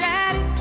Daddy